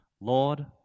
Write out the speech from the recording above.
Lord